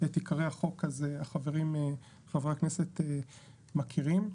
עיקרי החוק הזה חברי הכנסת מכירים,